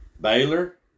Baylor